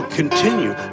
continue